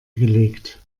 gelegt